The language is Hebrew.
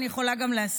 אני יכולה גם להסביר.